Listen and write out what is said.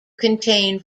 contain